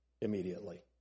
immediately